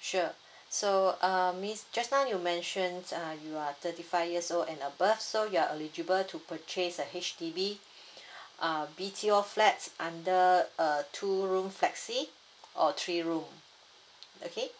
sure so uh miss just now you mentioned uh you are thirty five years old and above so you're eligible to purchase a H_D_B uh B_T_O flat under uh two room flexi or three room okay